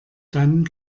dann